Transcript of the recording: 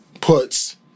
puts